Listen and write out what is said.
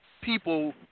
people